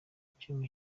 icyuma